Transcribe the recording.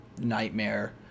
nightmare